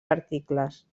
articles